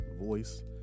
voice